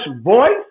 voice